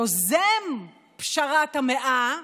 יוזם פשרת ה-100,